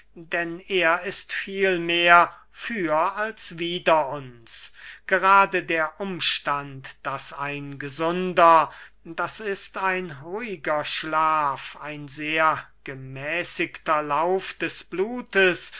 denn er ist vielmehr für als wider uns gerade der umstand daß ein gesunder d i ein ruhiger schlaf ein sehr gemäßigter lauf des blutes